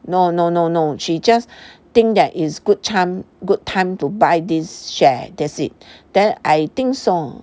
no no no no she just think that is good chance good time to buy this share that's it then I think so